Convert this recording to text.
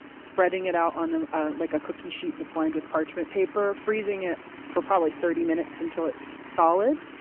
spreading it out on ah on like a cookie sheet that's lined with parchment paper. freezing it for probably thirty minutes until it's solid.